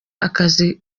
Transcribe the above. akazi